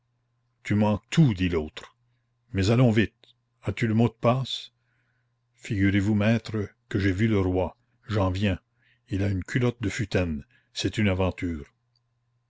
tu manques tout dit l'autre mais allons vite as-tu le mot de passe figurez-vous maître que j'ai vu le roi j'en viens il a une culotte de futaine c'est une aventure